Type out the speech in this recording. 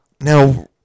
Now